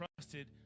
trusted